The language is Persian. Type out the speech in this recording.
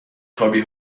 خوابی